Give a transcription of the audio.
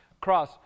cross